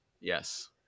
Yes